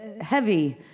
heavy